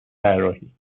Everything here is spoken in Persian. طراحی